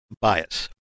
bias